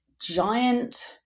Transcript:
giant